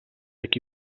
aquí